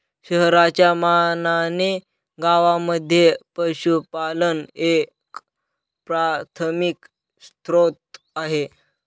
शहरांच्या मानाने गावांमध्ये पशुपालन एक प्राथमिक स्त्रोत आहे